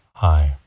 high